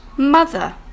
Mother